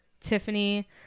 Tiffany